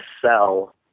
sell